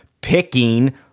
picking